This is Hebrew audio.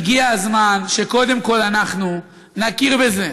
הגיע הזמן שקודם כול אנחנו נכיר בזה.